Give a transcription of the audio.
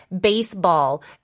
baseball